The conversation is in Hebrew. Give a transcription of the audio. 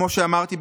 כמו שאמרתי,